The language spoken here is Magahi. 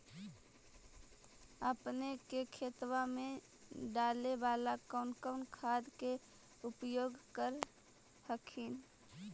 अपने के खेतबा मे डाले बाला कौन कौन खाद के उपयोग कर हखिन?